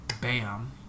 Bam